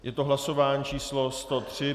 Je to hlasování číslo 103.